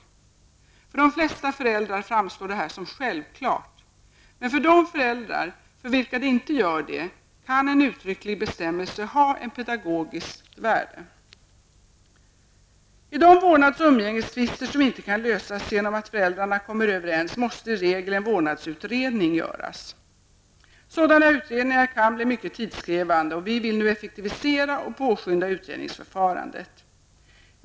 För de flesta föräldrar framstår detta som självklart, men för de föräldrar för vilka det inte gör det kan en uttrycklig bestämmelse ha ett pedagogiskt värde. I de vårdnads och umgängestvister som inte kan lösas genom att föräldrarna kommer överens måste i regel en vårdnadsutredning göras. Sådana utredningar kan bli mycket tidskrävande, och vi vill nu effektivisera och påskynda utredningsförfarandet.